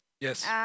Yes